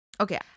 Okay